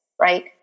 right